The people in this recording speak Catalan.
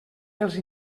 els